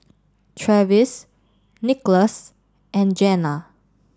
Travis Nicholas and Jenna